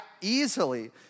easily